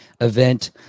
event